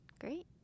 great